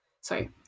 sorry